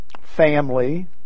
family